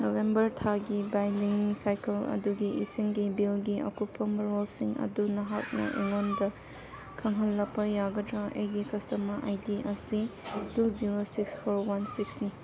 November ꯊꯥꯒꯤ billing cycle ꯑꯗꯨꯒꯤ ꯏꯁꯤꯡꯒꯤ ꯕꯤꯜꯒꯤ ꯑꯀꯨꯞꯄ ꯃꯔꯣꯜꯁꯤꯡ ꯑꯗꯨ ꯅꯍꯥꯛꯅ ꯑꯩꯉꯣꯟꯗ ꯈꯪꯍꯜꯂꯛꯄ ꯌꯥꯒꯗ꯭ꯔꯥ ꯑꯩꯒꯤ ꯀꯁꯇꯃꯔ ꯑꯥꯏ ꯗꯤ ꯑꯁꯤ two zero six four one ꯁꯤꯛꯁꯅꯤ